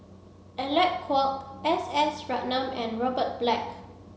Alec Kuok S S Ratnam and Robert Black